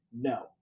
no